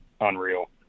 unreal